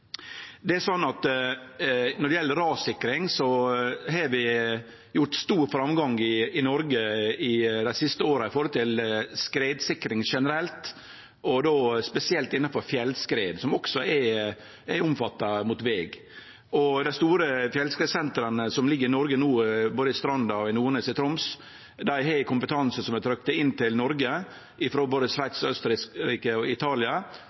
Når det gjeld rassikring, har vi gjort stor framgang i Noreg dei siste åra med tanke på skredsikring generelt, og då spesielt innanfor fjellskred, som også omfattar veg. Dei store fjellskredsentera som ligg i Noreg no, både i Stranda og i Nordnes i Troms, har kompetanse som er frakta inn til Noreg frå både Sveits, Austerrike og Italia,